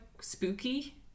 spooky